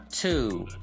Two